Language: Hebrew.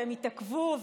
והם התעכבו,